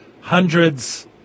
hundreds